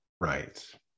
right